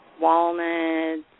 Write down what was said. walnuts